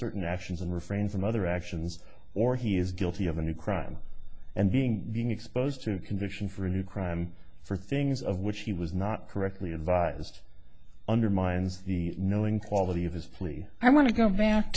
certain actions and refrain from other actions or he is guilty of a new crime and being being exposed to conviction for a new crime for things of which he was not correctly advised undermines the knowing quality of his plea i want to go back